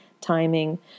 timing